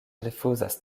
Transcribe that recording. rifuzas